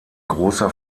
großer